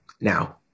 now